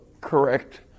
correct